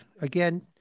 again